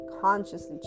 consciously